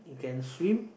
you can swim